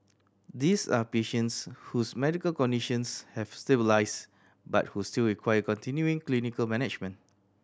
these are patients whose medical conditions have stabilised but who still require continuing clinical management